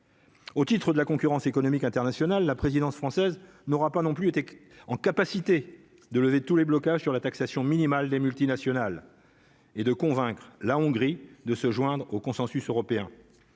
Au titre de la concurrence économique internationale, la présidence française n'aura pas non plus été en capacité de lever tous les blocages sur la taxation minimale des multinationales et de convaincre, la Hongrie, de se joindre au consensus européen,